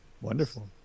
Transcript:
Wonderful